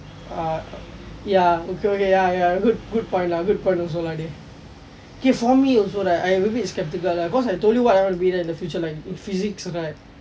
ah ya okay okay ya ya good point lah good choice also lah dey okay for me also right I am a bit skeptical lah cos I told you what I want to be in the future like physics right